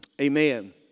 amen